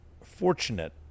fortunate